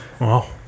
Wow